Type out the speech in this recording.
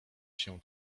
się